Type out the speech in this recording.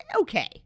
Okay